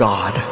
God